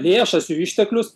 lėšas jų išteklius